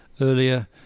earlier